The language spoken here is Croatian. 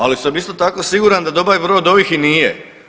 Ali sam isto tako siguran da dobar broj od ovih i nije.